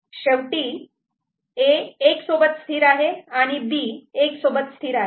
शेवटी A '1' सोबत स्थिर आहे आणि B '1' सोबत स्थिर आहे